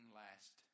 last